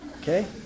Okay